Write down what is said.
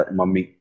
mummy